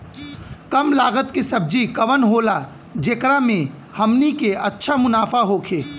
कम लागत के सब्जी कवन होला जेकरा में हमनी के अच्छा मुनाफा होखे?